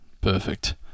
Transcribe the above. Perfect